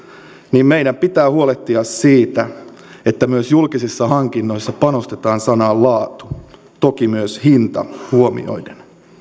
niin meidän pitää huolehtia siitä että myös julkisissa hankinnoissa panostetaan sanaan laatu toki myös hinta huomioiden